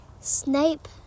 Snape